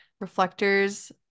reflectors